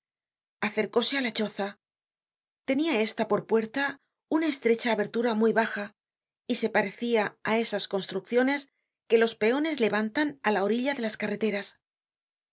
acercóse á la choza tenia esta por puerta una estrecha abertura muy baja y se parecia á esas construcciones que los peones levantan á la orilla de las carreteras